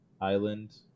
island